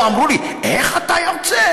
לא אמרו לי: איך אתה יוצא?